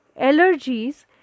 allergies